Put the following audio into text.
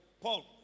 Paul